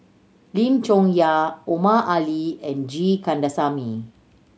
Lim Chong Yah Omar Ali and G Kandasamy